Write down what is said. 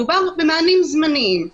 מדובר במענים זמניים.